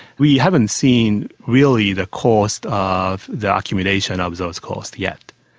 we haven't seen really the cost of the accumulation of those costs yet.